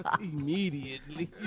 immediately